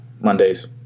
Mondays